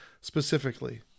specifically